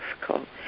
difficult